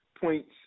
points